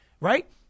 right